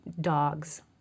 dogs